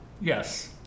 Yes